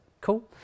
cool